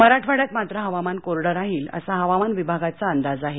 मराठवाड्यात मात्र हवामान कोरडं राहील असा हवामान विभागाचा अंदाज आहे